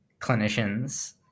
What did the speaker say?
clinicians